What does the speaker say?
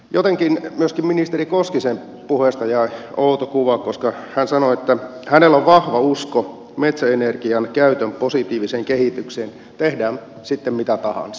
jotenkin myöskin ministeri koskisen puheesta jäi outo kuva koska hän sanoi että hänellä on vahva usko metsäenergian käytön positiiviseen kehitykseen tehdään sitten mitä tahansa